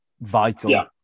vital